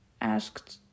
asked